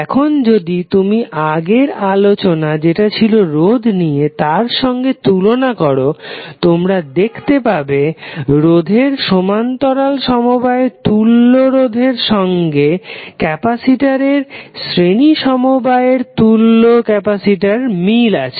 এখন যদি তুমি আগের আলোচনা যেটা ছিল রোধ নিয়ে তার সগে তুলনা করো তোমরা দেখতে পাবে রোধের সমান্তরাল সমবায়ের তুল্য রোধের সঙ্গে ক্যাপাসিটরের শ্রেণী সমবায়ের তুল্য ক্যাপাসিটরের মিল আছে